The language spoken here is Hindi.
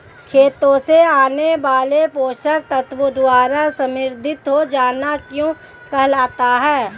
खेतों से आने वाले पोषक तत्वों द्वारा समृद्धि हो जाना क्या कहलाता है?